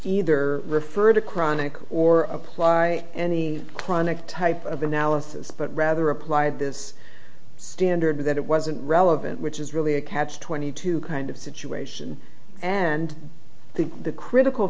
either refer to chronic or apply in the chronic type of analysis but rather applied this standard that it wasn't relevant which is really a catch twenty two kind of situation and the critical